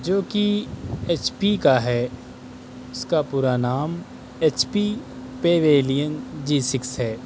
جوکہ H P کا ہے اس کا پورا نام H P pavilion G six ہے